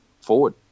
forward